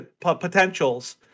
potentials